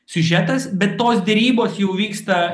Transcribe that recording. siužetas bet tos derybos jau vyksta